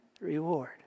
reward